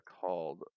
called